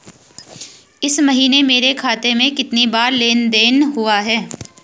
इस महीने मेरे खाते में कितनी बार लेन लेन देन हुआ है?